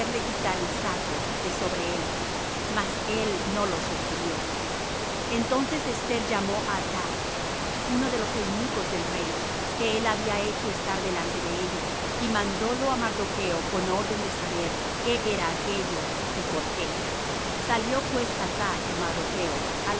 quitar el saco de sobre él mas él no los recibió entonces esther llamó á atach uno de los eunucos del rey que él había hecho estar delante de ella y mandólo á mardocho con orden de saber qué era aquello y por qué salió pues atach